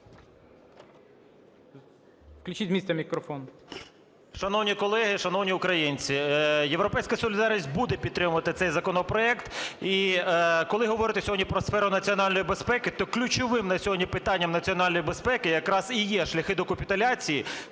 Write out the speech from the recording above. Включіть з місця мікрофон.